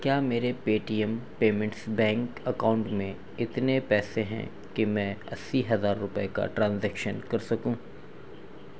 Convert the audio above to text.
کیا میرے Paytm payments bank account میں اتنے پیسے ہیں کہ میں اسی ہزار روپے کا ٹرانزیکشن کر سکوں